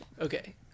Okay